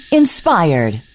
inspired